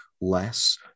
less